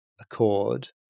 accord